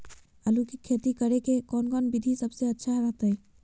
आलू की खेती करें के कौन कौन विधि सबसे अच्छा रहतय?